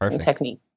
technique